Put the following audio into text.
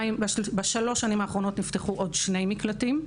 בשלוש השנים האחרונות נפתחו עוד שני מקלטים.